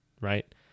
right